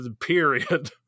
period